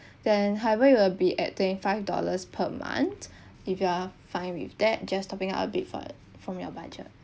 then probably will be at twenty five dollars per month if you are fine with that just topping up a bit for from your budget